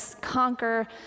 conquer